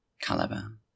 Caliban